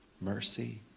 mercy